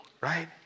right